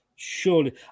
Surely